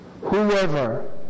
whoever